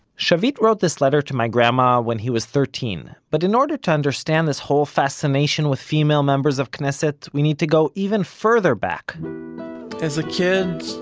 shavit wrote this letter to my grandma when he was thirteen, but in order to understand this whole fascination with female members of knesset we need to go even further back as a kid,